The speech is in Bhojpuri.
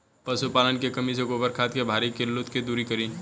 पशुपालन मे कमी से गोबर खाद के भारी किल्लत के दुरी करी?